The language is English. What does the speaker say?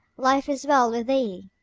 life is well with thee!